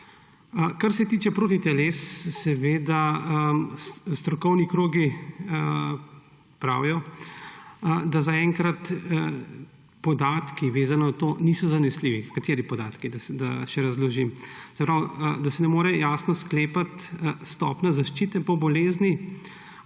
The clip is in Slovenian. Kar se tiče protiteles, seveda strokovni krogi pravijo, da zaenkrat podatki, vezano na to, niso zanesljivi. Kateri podatki, da še razložim. Se pravi, da se ne more jasno sklepati stopnja zaščite po bolezni